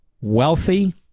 wealthy